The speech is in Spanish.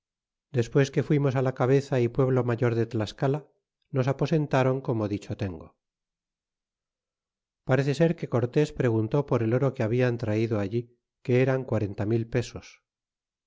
despues que fuimos á la cabeza y pueblo mayor de tlascala nos aposentaron como dicho tengo parece ser que cortés preguntó por el oro que hablan traido allí que eran quarenta mil pesos